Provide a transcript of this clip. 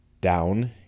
down